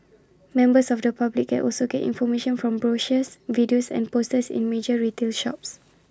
members of the public can also get information from brochures videos and posters in major retail shops